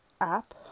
app